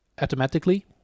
automatically